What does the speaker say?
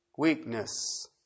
weakness